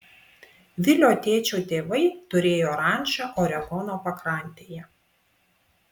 vilio tėčio tėvai turėjo rančą oregono pakrantėje